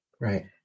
Right